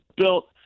built